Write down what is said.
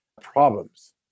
problems